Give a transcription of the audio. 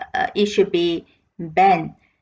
err it should be banned